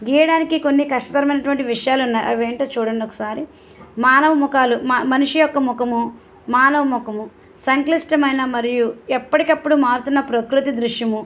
గీయడానికి కొన్ని కష్టతరమైనటువంటి విషయాలు ఉన్నాయి అవి ఏంటో చూడండి ఒకసారి మానవ ముఖాలు మనిషి యొక్క ముఖము మానవ ముఖము సంక్లిష్టమైన మరియు ఎప్పటికప్పుడు మారుతున్న ప్రకృతి దృశ్యము